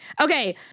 Okay